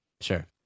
sure